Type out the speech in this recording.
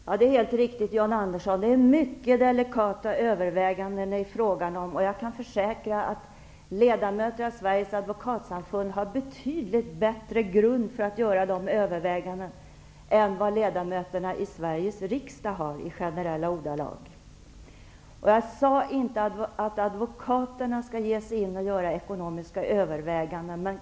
Herr talman! Det är riktigt, John Andersson, att det är mycket delikata överväganden det är fråga om. Jag kan försäkra att ledamöter av Sveriges Advokatsamfund har betydligt bättre grund för att göra dessa överväganden än vad ledamöterna i Sveriges riksdag har i generella ordalag. Jag sade inte att advokaterna skall ge sig in och göra ekonomiska överväganden.